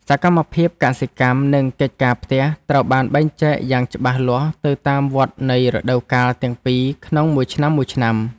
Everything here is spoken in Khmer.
សកម្មភាពកសិកម្ម និងកិច្ចការផ្ទះត្រូវបានបែងចែកយ៉ាងច្បាស់លាស់ទៅតាមវដ្តនៃរដូវកាលទាំងពីរក្នុងមួយឆ្នាំៗ។